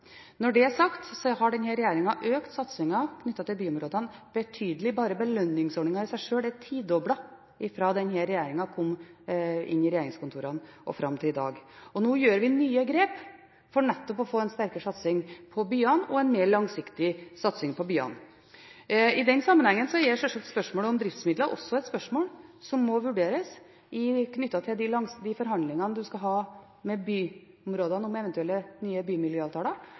Når det er sagt, vil jeg si at denne regjeringen har økt satsingen på byområdene betydelig. Bare belønningsordningen i seg sjøl er blitt tidoblet fra denne regjeringen kom inn i regjeringskontorene, og fram til i dag. Nå tar vi nye grep for å få en sterkere og mer langsiktig satsing på byene. I den sammenheng må sjølsagt også spørsmålet om driftsmidler vurderes i forbindelse med de forhandlingene en skal ha med byområdene om eventuelle nye bymiljøavtaler.